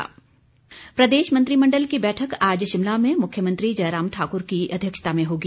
मंत्रिमंडल बैठक प्रदेश मंत्रिमंडल की बैठक आज शिमला में मुख्यमंत्री जयराम ठाकुर की अध्यक्षता में होगी